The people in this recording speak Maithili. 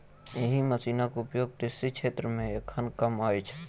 एहि मशीनक उपयोग कृषि क्षेत्र मे एखन कम अछि